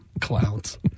Clowns